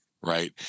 right